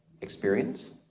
experience